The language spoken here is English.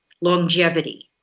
Longevity